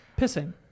pissing